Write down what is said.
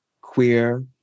queer